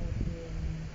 okay